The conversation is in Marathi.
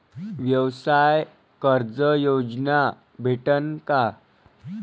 व्यवसाय कर्ज योजना भेटेन का?